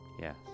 Yes